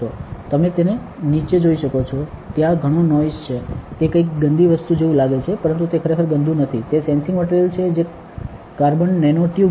તમે તેને નીચે જોઈ શકો છો ત્યાં ઘણો નોઈઝ છે તે કઇક ગંદી વસ્તુ જેવું લાગે છે પરંતુ તે ખરેખર ગંદુ નથી તે સેન્સીંગ મટિરિયલ છે જે કાર્બન નેનો ટ્યુબ છે